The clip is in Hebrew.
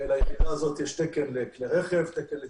ליחידה הזאת יש תקן לכלי רכב, תקן לציוד,